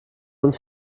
uns